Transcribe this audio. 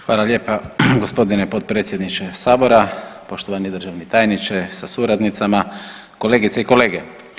Hvala lijepa g. potpredsjedniče sabora, poštovani državni tajniče sa suradnicama, kolegice i kolege.